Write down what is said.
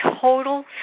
total